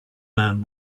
man